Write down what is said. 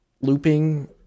looping